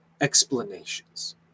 explanations